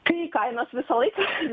tai kainos visą laiką